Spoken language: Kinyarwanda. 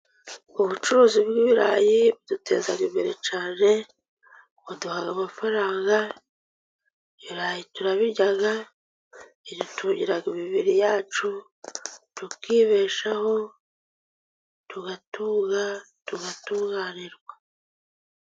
Ubucuruzi bw'ibirayi buduteza imbere cyane, buduha amafaranga, ibirayi turabirya, bidutungira imibiri yacu, tukibeshaho, tugatunga, tugatunganirwa.